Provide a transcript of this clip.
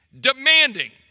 demanding